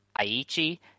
Aichi